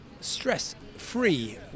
stress-free